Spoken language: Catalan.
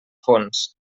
fons